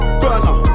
burner